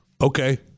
okay